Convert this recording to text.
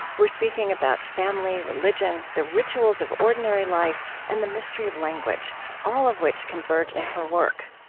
we're speaking about family, religion, the rituals of ordinary life, and the mystery of language all of which converge in her work